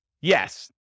Yes